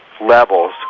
levels